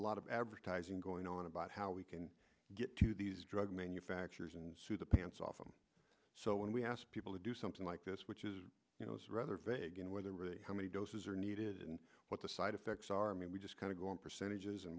a lot of advertising going on about how we can get to these drug manufacturers and sue the pants off them so when we ask people to do something like this which is you know is rather vague in whether or how many doses are needed and what the side effects are mean we just kind of go in percentages and